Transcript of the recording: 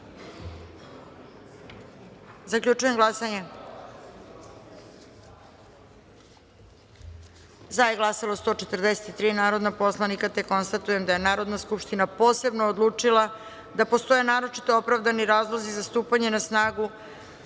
izjasnimo. Zaključujem glasanje: za – 143 narodna poslanika. Konstatujem da je Narodna skupština posebno odlučila da postoje naročito opravdani razlozi za stupanje na snagu